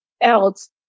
else